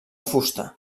fusta